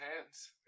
hands